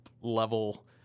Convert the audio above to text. level